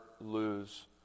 lose